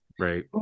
Right